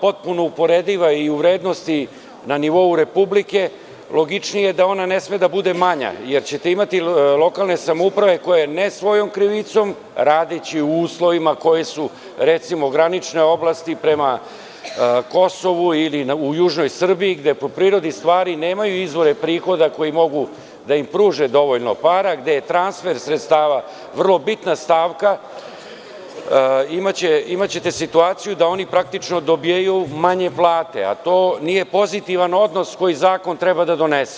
potpuno uporediva i u vrednosti na nivou Republike, logičnije je da ona ne sme da bude manja, jer ćete imati lokalne samouprave koje ne svojom krivicom, radeći u uslovima koji su, recimo, granične oblasti prema Kosovu ili u južnoj Srbiji, gde po prirodi stvari nemaju izvore prihoda koji mogu da im pruže dovoljno para, gde je transfer sredstava vrlo bitna stavka, imaćete situaciju da oni praktično dobijaju manje plate, a to nije pozitivan odnos koji zakon treba da donese.